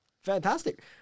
fantastic